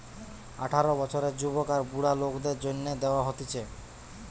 আঠারো বছরের যুবক আর বুড়া লোকদের জন্যে দেওয়া হতিছে